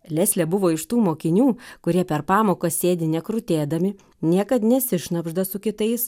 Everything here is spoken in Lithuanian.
leslė buvo iš tų mokinių kurie per pamokas sėdi nekrutėdami niekad nesišnabžda su kitais